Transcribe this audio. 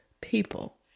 people